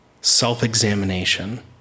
self-examination